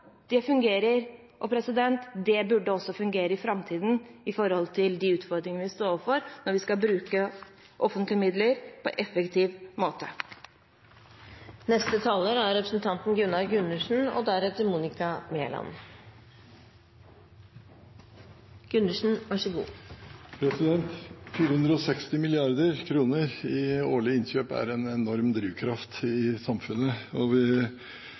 det fungerer, og det burde også fungere i framtiden med hensyn til de utfordringene vi står overfor når vi skal bruke offentlige midler på en effektiv måte. 460 mrd. kr i årlige innkjøp er en enorm drivkraft i samfunnet. Vi